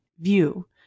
view